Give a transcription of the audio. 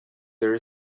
there